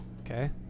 Okay